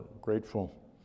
grateful